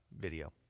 video